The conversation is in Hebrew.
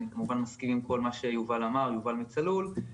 אני כמובן מסכים עם כל מה שיובל מ"צלול" אמר,